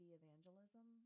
evangelism